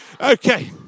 Okay